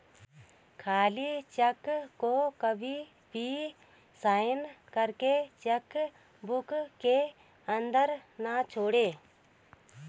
खाली चेक को कभी भी साइन करके चेक बुक के अंदर न छोड़े